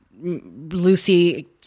Lucy